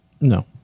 No